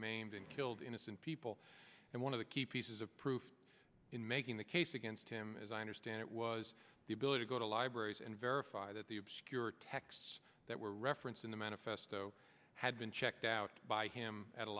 maimed and killed innocent people and one of the key pieces of proof in making the case against him as i understand it was the ability to go to libraries and verify that the obscure texts that were referenced in the manifesto had been checked out by him at a